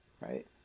right